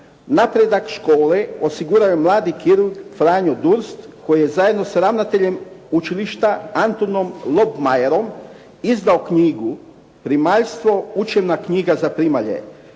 Napredak škole osigurao je mladi kirurg Franju Durst koji je zajedno s ravnateljem učilišta Antunom Lobmajerom izdao knjigu "Primaljstvo-učena knjiga za primalje".